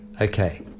Okay